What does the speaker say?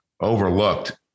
overlooked